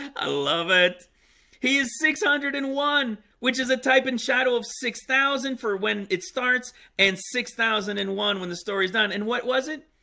i love it he is six hundred and one which is a type in shadow of six zero for when it starts and six thousand and one when the story is done and what was it?